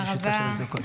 בבקשה, לרשותך שלוש דקות.